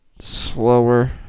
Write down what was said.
slower